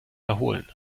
erholen